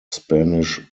spanish